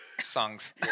Songs